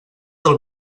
del